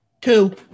Two